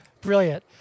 Brilliant